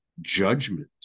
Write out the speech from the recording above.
judgment